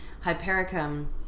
Hypericum